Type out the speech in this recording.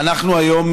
אנחנו היום,